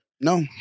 No